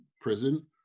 prison